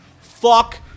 Fuck